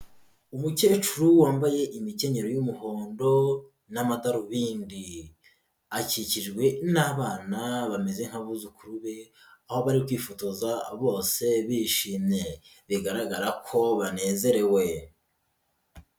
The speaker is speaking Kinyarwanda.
Umukecuru wambaye imikenyero y'umuhondo n'amadarubindi, akikijwe n'abana bameze nk'abuzukuru be, aho bari kwifotoza bose bishimye, bigaragara ko banezerewe.